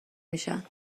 میشن